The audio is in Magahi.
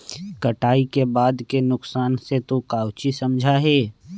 कटाई के बाद के नुकसान से तू काउची समझा ही?